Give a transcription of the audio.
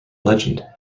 legend